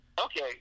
Okay